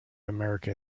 america